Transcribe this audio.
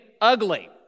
ugly